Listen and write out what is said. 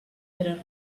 era